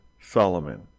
Solomon